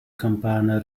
campana